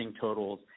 totals